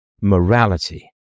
morality